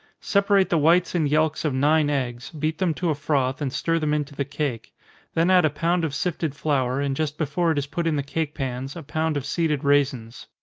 separate the whites and yelks of nine eggs, beat them to a froth, and stir them into the cake then add a pound of sifted flour, and just before it is put in the cake pans, a pound of seeded raisins.